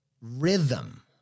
rhythm